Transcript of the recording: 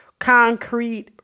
concrete